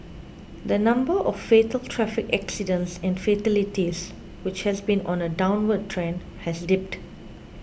the number of fatal traffic accidents and fatalities which has been on a downward trend has dipped